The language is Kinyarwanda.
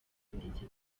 ndetse